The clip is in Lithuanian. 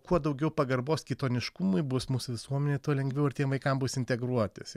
kuo daugiau pagarbos kitoniškumui bus mūsų visuomenėj tuo lengviau ir tiem vaikam bus integruotis